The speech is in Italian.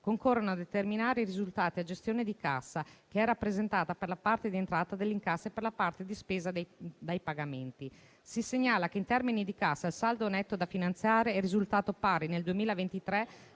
concorrono a determinare i risultati della gestione di cassa, che è rappresentata, per la parte di entrata, dagli incassi e, per la parte di spesa, dai pagamenti. Si segnala che, in termini di cassa, il saldo netto da finanziare è risultato pari, nel 2023,